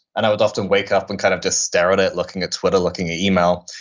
and i would often wake up and kind of just stare at it looking at twitter, looking at email.